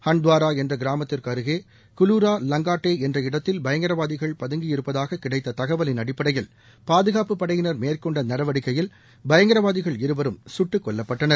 ஹண்ட்வாரா என்ற கிராமத்துக்கு அருகே குலூரா லங்காட்டே என்ற இடத்தில் பயங்கரவாதிகள் பதங்கியிருப்பதாக கிடைத்த தகவலின் அடிப்படையில் பாதுகாப்புப் படையினர் மேற்கொண்ட நடவடிக்கையில் பயங்கரவாதிகள் இருவரும் சுட்டுக் கொல்லப்பட்டனர்